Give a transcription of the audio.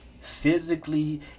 physically